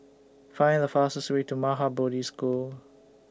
Find The fastest Way to Maha Bodhi School